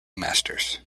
masters